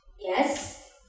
yes